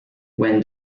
when